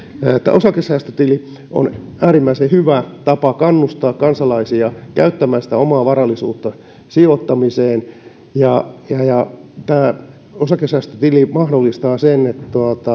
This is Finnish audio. osakesäästötili on äärimmäisen hyvä tapa kannustaa kansalaisia käyttämään sitä omaa varallisuuttaan sijoittamiseen ja ja tämä osakesäästötili mahdollistaa sen että